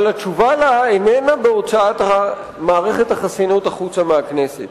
אבל התשובה לה איננה הוצאת מערכת החסינות החוצה מהכנסת.